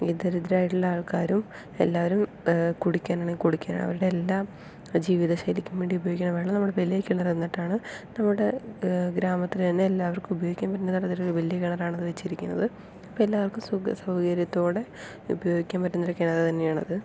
ഈ ദരിദ്രരായിട്ടുള്ള ആൾക്കാരും എല്ലാവരും കുടിക്കാൻ ആണെങ്കിലും കുളിക്കാൻ അവരുടെ എല്ലാം ജീവിതശൈലിക്കും വേണ്ടി ഉപയോഗിക്കണ നമ്മുടെ വല്യ കിണർ എന്നിട്ടാണ് നമ്മുടെ ഗ്രാമത്തിലെ തന്നെ എല്ലാവർക്കും ഉപയോഗിക്കാൻ പറ്റുന്ന തരത്തിലൊരു വല്യ കിണറാണ് അത് വെച്ചിരിക്കുന്നത് അപ്പോൾ എല്ലാവർക്കും സുഖസൗകര്യത്തോടെ ഉപയോഗിക്കാൻ പറ്റുന്നൊരു കിണർ തന്നെയാണത്